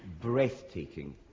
breathtaking